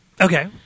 Okay